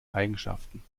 eigenschaften